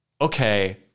okay